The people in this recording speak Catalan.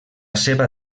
seva